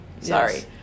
Sorry